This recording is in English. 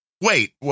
Wait